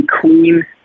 Queen